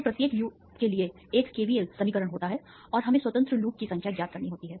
तो प्रत्येक लूप के लिए एक KVL समीकरण होता है और हमें स्वतंत्र लूपों की संख्या ज्ञात करनी होती है